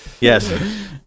yes